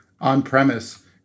on-premise